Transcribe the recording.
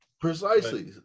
Precisely